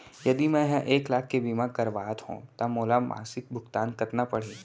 यदि मैं ह एक लाख के बीमा करवात हो त मोला मासिक भुगतान कतना पड़ही?